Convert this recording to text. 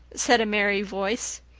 said a merry voice.